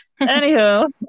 Anywho